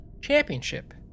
championship